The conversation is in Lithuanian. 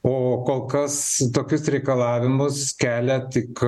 o kol kas tokius reikalavimus kelia tik